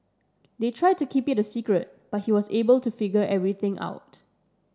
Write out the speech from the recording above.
they tried to keep it a secret but he was able to figure everything out